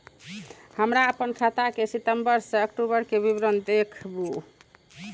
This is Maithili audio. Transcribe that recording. हमरा अपन खाता के सितम्बर से अक्टूबर के विवरण देखबु?